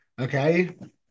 okay